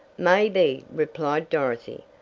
maybe, replied dorothy.